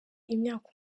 imyaka